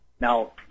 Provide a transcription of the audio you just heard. Now